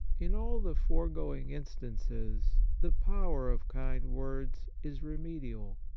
in all the foregoing instances the power of kind words is remedial.